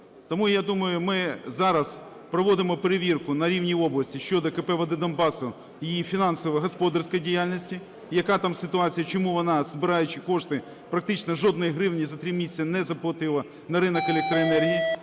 Тому, я думаю, ми зараз проводимо перевірку на рівні області щодо КП "Вода Донбасса" і її фінансово-господарської діяльності і яка там ситуація, чому вона, збираючи кошти, практично жодної гривні за 3 місяці не заплатила на ринок електроенергії.